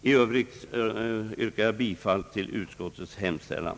I övrigt yrkar jag bifall till utskottets hemställan.